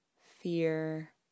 fear